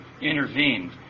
intervened